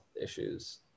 issues